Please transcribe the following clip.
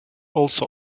also